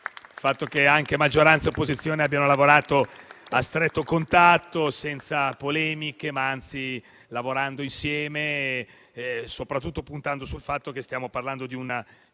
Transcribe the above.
il fatto che anche maggioranza e opposizione abbiano lavorato a stretto contatto senza polemiche, ma anzi collaborando e soprattutto puntando sul fatto che stiamo parlando di un